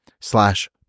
slash